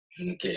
Okay